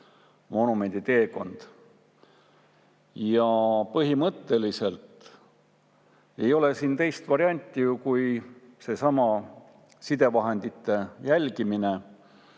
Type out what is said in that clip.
monumendi teekond. Põhimõtteliselt ei ole teist varianti kui seesama sidevahendite jälgimine